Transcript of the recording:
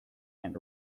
and